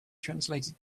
translated